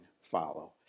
follow